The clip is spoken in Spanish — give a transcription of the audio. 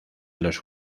los